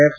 F